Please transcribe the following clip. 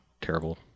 terrible